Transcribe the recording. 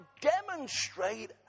demonstrate